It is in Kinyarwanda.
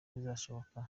bizashoboka